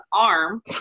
arm